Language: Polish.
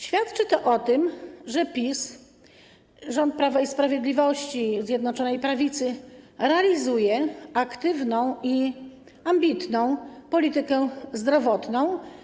Świadczy to o tym, że PiS, rząd Prawa i Sprawiedliwości, Zjednoczonej Prawicy realizuje aktywną i ambitną politykę zdrowotną.